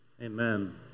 Amen